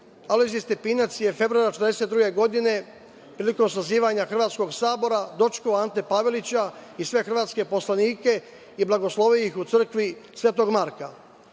Alojzije Stepinac je februara 1942. godine prilikom sazivanja hrvatskog sabora dočekao Ante Pavelić i sve hrvatske poslanike i blagoslovio ih u crkvi Svetog Marka.